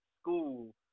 school